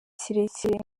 kirekire